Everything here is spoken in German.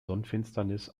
sonnenfinsternis